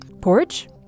Porch